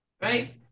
right